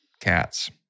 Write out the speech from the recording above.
Cats